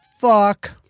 fuck